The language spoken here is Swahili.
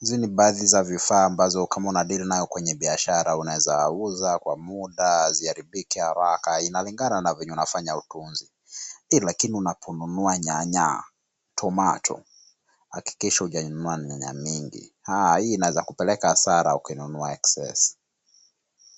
Hizi ni baadhi ya vifaa ambavyo kama una dili nazo kwenye biashara unaweza uza kwa muda ziharibike haraka, inalingana na vile unafanya utunzi. Eeh kwanza vile unanunua nyanya(tomato) hakikisha kwamba hujanunua nyanya mingi. Hii inaweza kupeleka hasara ukinunua excess .